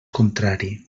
contrari